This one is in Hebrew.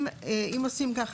אם עושים כך,